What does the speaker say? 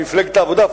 במפלגת העבודה?